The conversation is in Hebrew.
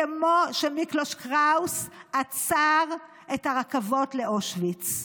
כמו שמיקלוש קראוס עצר את הרכבות לאושוויץ.